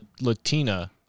Latina